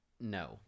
No